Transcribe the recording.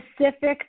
specific